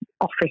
office